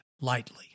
lightly